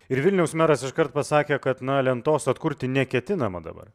ir vilniaus meras iškart pasakė kad na lentos atkurti neketinama dabar